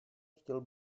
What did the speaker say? chtěl